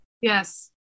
Yes